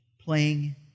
playing